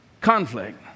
conflict